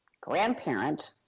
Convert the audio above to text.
grandparent